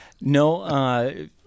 No